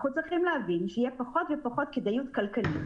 אנחנו צריכים להבין שתהיה פחות ופחות כדאיות כלכלית